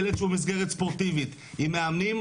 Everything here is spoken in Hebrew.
ילד שהוא במסגרת ספורטיבית עם מאמנים,